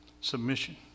Submission